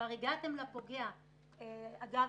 אגב,